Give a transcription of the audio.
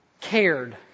cared